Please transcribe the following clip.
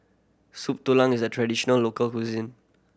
Soup Tulang is a traditional local cuisine